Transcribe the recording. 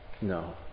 No